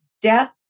death